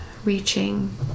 reaching